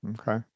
Okay